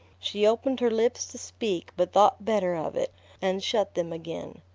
she opened her lips to speak, but thought better of it and shut them again,